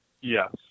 Yes